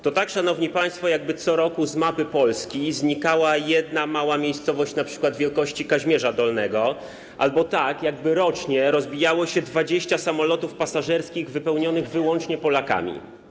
To tak, szanowni państwo, jakby co roku z mapy Polski znikała jedna mała miejscowość, np. wielkości Kazimierza Dolnego, albo rocznie rozbijało się 20 samolotów pasażerskich wypełnionych wyłącznie Polakami.